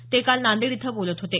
ते काल नांदेड इथं बोलत होते